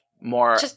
more-